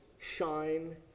shine